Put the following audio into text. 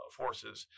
forces